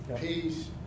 peace